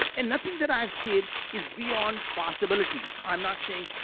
and nothing that i've said is beyond possibilities. i'm not saying,